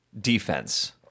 defense